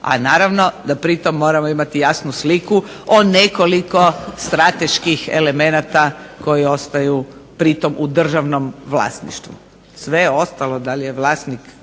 A naravno da pritom moramo imati jasnu sliku o nekoliko strateških elemenata koji ostaju pri tome u državnom vlasništvu. Sve ostalo, da li je vlasnička